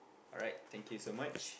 alright thank you so much